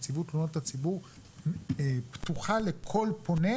נציבות תלונות הציבור פתוחה לכל פונה,